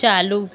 चालू